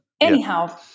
anyhow